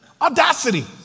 Audacity